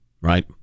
Right